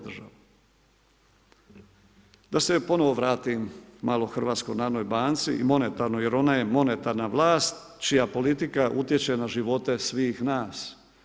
Da se ponovno vratim malo HNB-u i monetarnoj, jer ona je monetarna vlast čija politike utječe na živote svih nas.